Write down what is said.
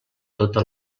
tota